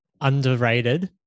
underrated